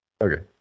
Okay